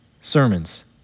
sermons